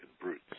brutes